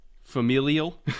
familial